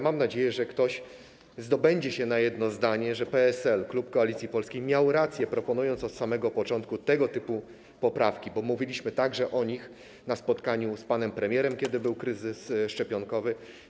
Mam nadzieję, że ktoś zdobędzie się na jedno zdanie o tym, że PSL, klub Koalicji Polskiej miał rację, proponując od samego początku tego typu poprawki, bo mówiliśmy o nich także na spotkaniu z panem premierem, kiedy był kryzys szczepionkowy.